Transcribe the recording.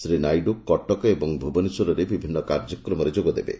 ଶ୍ରୀ ନାଇଡୁ କଟକ ଏବଂ ଭୁବନେଶ୍ୱରରେ ବିଭିନ୍ନ କାର୍ଯ୍ୟକ୍ରମରେ ଯୋଗ ଦେବେ